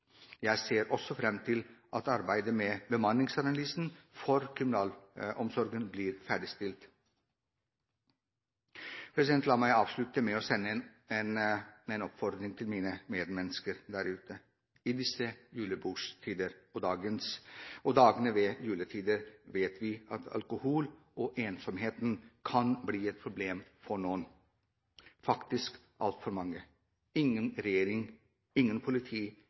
Jeg ser også fram til at arbeidet med bemanningsanalysen for kriminalomsorgen blir ferdigstilt. La meg avslutte med å sende en oppfordring til mine medmennesker der ute. I disse julebordstider og dagene rundt juletiden vet vi at alkohol og ensomhet kan bli et problem for noen, faktisk for altfor mange. Ingen regjering, intet politi,